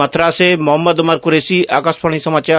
मथुरा से मुहम्मद उमर कुरैशी आकाशवाणी समाचार